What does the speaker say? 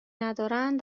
ندارند